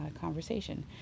conversation